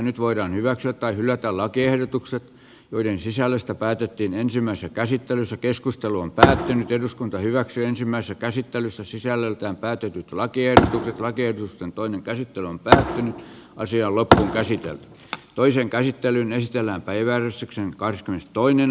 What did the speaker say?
nyt voidaan hyväksyä tai hylätä lakiehdotukset joiden sisällöstä päätettiin ensimmäisessä käsittelyssä keskustelu on päättynyt eduskunta hyväksyi ensimmäisen käsittelyssä sisällöltään täytyy tulla tietä rakennusten toinen käsittely on tähän asti ollut käsitelty toisen käsittelyn ystävänpäivän sankarista toinen